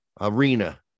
arena